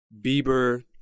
Bieber